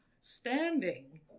standing